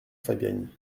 fabiani